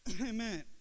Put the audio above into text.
Amen